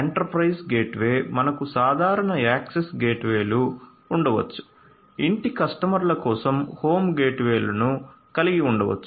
enterprise gateway మనకు సాధారణ access గేట్వేలు ఉండవచ్చు ఇంటి కస్టమర్ల కోసం హోమ్ గేట్వేలను కలిగి ఉండవచ్చు